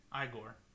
Igor